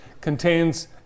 contains